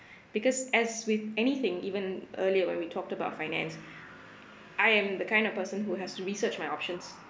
because as with anything even earlier when we talked about finance I am the kind of person who has to researched my options